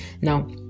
now